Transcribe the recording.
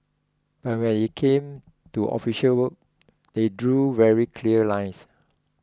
but when it came to official work they drew very clear lines